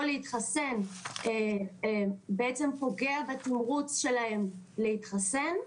להתחסן בעצם פוגע בתמריץ שלהם להתחסן.